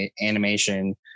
animation